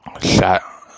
Shot